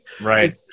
Right